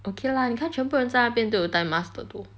okay lah 你看全部人在那边都有戴 mask 的 though